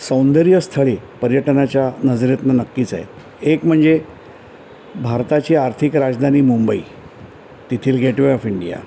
सौंदर्य स्थळे पर्यटनाच्या नजरेतनं नक्कीच आहेत एक म्हणजे भारताची आर्थिक राजधानी मुंबई तेथील गेटवे ऑफ इंडिया